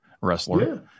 wrestler